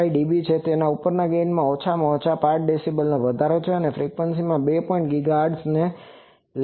45 dB છે ઉપરના ગેઇનમાં ઓછામાં ઓછા 5 ડીબી વધારો અને ફ્રીક્વન્સીઝમાં બે પોઇન્ટ ગીગાહર્ટઝ લેન્સ દ્વારા આપવામાં આવી હતી